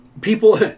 people